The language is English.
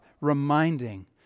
reminding